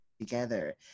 together